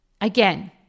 Again